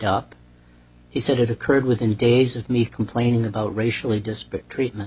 up he said it occurred within days of me complaining about racially disparate treatment